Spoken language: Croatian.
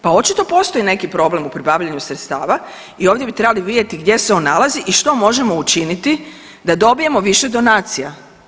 Pa očito postoji neki problem u pribavljanju sredstava i ovdje bi trebali vidjeti gdje se on nalazi i što možemo učiniti da dobijemo više donacija.